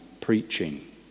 preaching